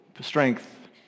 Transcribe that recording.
strength